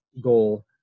goal